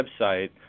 website